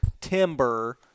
timber